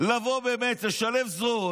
לבוא ובאמת לשלב זרועות,